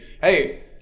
hey